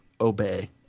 Obey